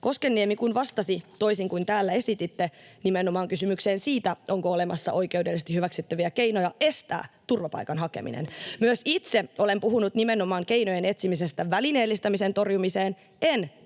Koskenniemi kun vastasi, toisin kuin täällä esititte, nimenomaan kysymykseen siitä, onko olemassa oikeudellisesti hyväksyttäviä keinoja estää turvapaikan hakeminen. [Ben Zyskowicz: Minä luin kysymyksen!] Myös itse olen puhunut nimenomaan keinojen etsimisestä välineellistämisen torjumiseen, en